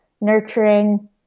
nurturing